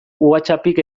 whatsappik